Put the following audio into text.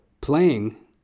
Playing